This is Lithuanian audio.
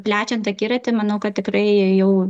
plečiant akiratį manau kad tikrai jau